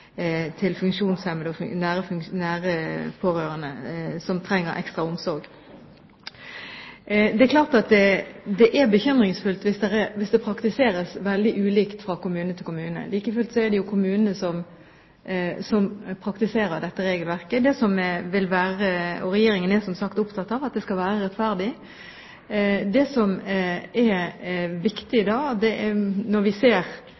nære pårørende som trenger ekstra omsorg. Det er bekymringsfullt hvis regelverket praktiseres veldig ulikt fra kommune til kommune. Like fullt er det jo kommunene som praktiserer dette regelverket. Regjeringen er – som sagt – opptatt av at det skal være rettferdig. Det som er viktig når vi ser